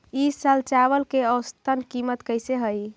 ई साल चावल के औसतन कीमत कैसे हई?